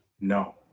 No